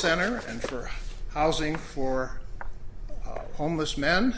center and for housing for homeless men